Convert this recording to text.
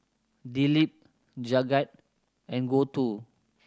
Dilip Jagat and Gouthu